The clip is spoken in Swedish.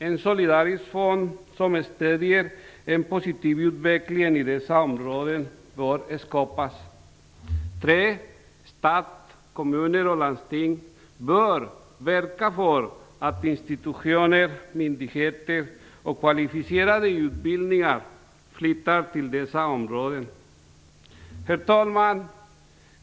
En solidarisk fond som stödjer en positiv utveckling i dessa områden bör skapas. 3. Staten, kommunerna och landstingen bör verka för att institutioner, myndigheter och kvalificerade utbildningar flyttas till dessa områden. Herr talman!